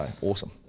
Awesome